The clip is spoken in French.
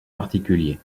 particuliers